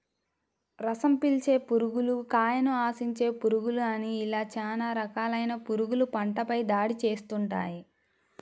రసం పీల్చే పురుగులు, కాయను ఆశించే పురుగులు అని ఇలా చాలా రకాలైన పురుగులు పంటపై దాడి చేస్తుంటాయి